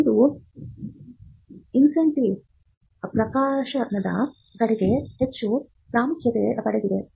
ಇಂದು ಪ್ರೋತ್ಸಾಹಗಳು ಪ್ರಕಾಶನದ ಕಡೆಗೆ ಹೆಚ್ಚು ಪ್ರಾಮುಖ್ಯತೆ ಪಡೆದಿವೆ